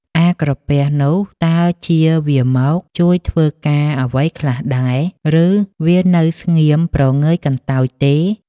អាក្រពះនោះតើជាវាមក ជួយធ្វើការអ្វីខ្លះដែរ ឬវានៅស្ងៀមព្រងើយកន្តើយទេ ?